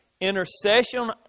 intercession